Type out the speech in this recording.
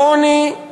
לעוני, למצוקה,